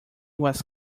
was